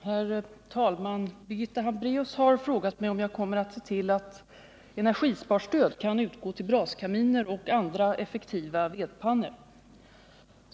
Herr talman! Birgitta Hambraeus har frågat mig om jag kommer att se till att energisparstöd kan utgå till braskaminer och andra effektiva vedpannor.